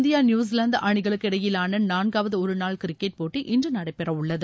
India New Zealand அணிகளுக்கு இனடயிலான நான்காவது ஒருநாள் கிரிக்கெட் போட்டி இன்று நடைபெற உள்ளது